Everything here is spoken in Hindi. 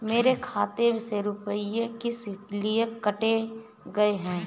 मेरे खाते से रुपय किस लिए काटे गए हैं?